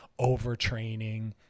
overtraining